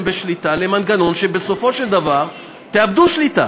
בשליטה למנגנון שבסופו של דבר תאבדו שליטה,